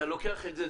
אתה לוקח את זה,